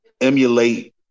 emulate